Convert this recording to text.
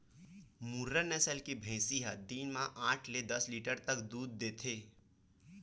मुर्रा नसल के भइसी ह दिन म आठ ले दस लीटर तक दूद देथे